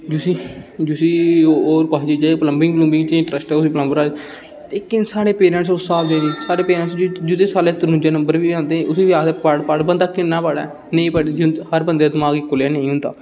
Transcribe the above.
Jussi जुसी होर कैहा चीजा च प्लंबिंग प्लुंबिंग च इंटरस्ट ऐ उसी प्लंबरा दा लेकिन साढ़े पेरेंट्स उस स्हाब दे साढ़े पेरेंट्स जुदे त्रुंजा नंबर बी आंदे उसी बी आखदे पढ़ पढ़ बंदा किन्ना पढ़ै नेई पढ़ी दे हुंदे हर बंदे दा दमाग इक्को लेहा नी हुंदा